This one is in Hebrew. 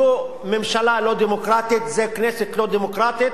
זו ממשלה לא דמוקרטית, זו כנסת לא דמוקרטית,